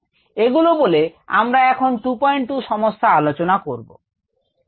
এগুলো বলে আমরা এখন 22 সমস্যা আলোচনা করব